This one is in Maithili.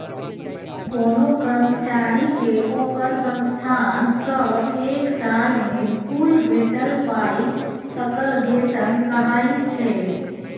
कोनो कर्मचारी केँ ओकर संस्थान सँ एक साल मे कुल भेटल पाइ सकल बेतन कहाइ छै